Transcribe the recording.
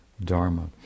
dharma